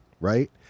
right